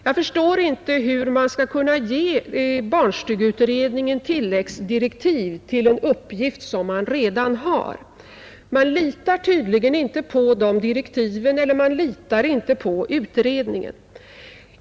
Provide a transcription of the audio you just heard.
Jag förstår inte hur man skall kunna ge barnstugeutredningen tilläggsdirektiv för en uppgift som utredningen redan har. Man litar tydligen inte på direktiven eller på utredningen.